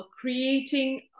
creating